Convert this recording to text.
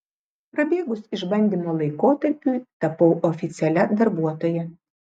prabėgus išbandymo laikotarpiui tapau oficialia darbuotoja